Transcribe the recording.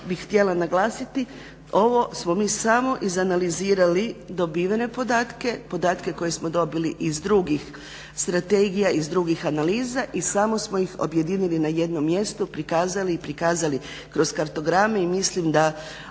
bih htjela naglasiti. Ovo smo mi samo izanalizirali dobivene podatke, podatke koje smo dobili iz drugih strategija, iz drugih analiza i samo smo ih objedinili na jednom mjestu, i prikazali kroz kartograme i mislim da